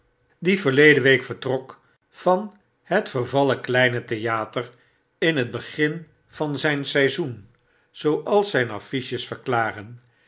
die verleden twspwfsjpt overdbukken week vertrok van het vervallen kleine theater in het begin vanzynseizoen ooalszynaffiches verklaren